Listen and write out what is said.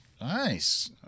Nice